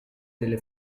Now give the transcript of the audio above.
delle